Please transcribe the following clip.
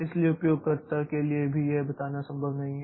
इसलिए उपयोगकर्ता के लिए भी यह बताना संभव नहीं है